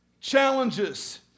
challenges